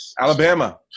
Alabama